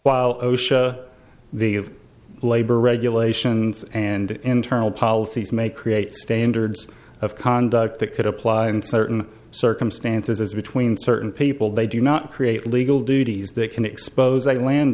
osha the labor regulations and internal policies may create standards of conduct that could apply in certain circumstances as between certain people they do not create legal duties that can expose a land